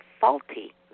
faulty